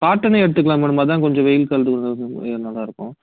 காட்டனே எடுத்துக்கலாம் மேடம் அதுதான் கொஞ்சம் வெயில் காலத்துக்கு நல்லாயிருக்கும்